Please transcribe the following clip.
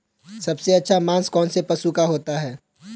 सबसे अच्छा मांस कौनसे पशु का होता है?